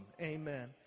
Amen